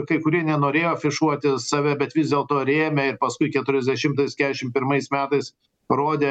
kai kurie nenorėjo afišuoti save bet vis dėlto rėmė paskui keturiasdešimtais kešim pirmais metais rodė